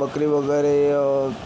बकरे वगैरे